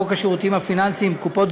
תיקון חוק הפיקוח על שירותים פיננסיים (קופות גמל),